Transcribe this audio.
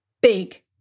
big